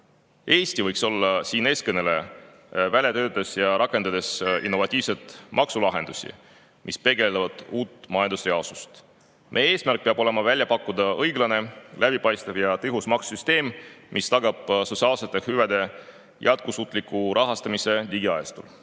Eesti võiks olla siin eestkõneleja, töötades välja ja rakendades innovatiivseid maksulahendusi, mis peegeldavad uut majandusreaalsust. Meie eesmärk peab olema välja pakkuda õiglane, läbipaistev ja tõhus maksusüsteem, mis tagab sotsiaalsete hüvede jätkusuutliku rahastamise digiajastul.